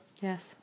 Yes